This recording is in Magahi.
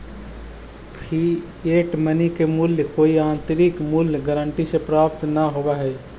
फिएट मनी के मूल्य कोई आंतरिक मूल्य गारंटी से प्राप्त न होवऽ हई